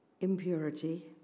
impurity